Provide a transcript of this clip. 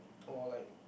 or like